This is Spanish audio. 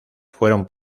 fueron